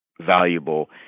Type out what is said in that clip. valuable